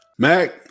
mac